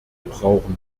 brauchen